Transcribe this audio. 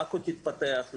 עכו תתפתח,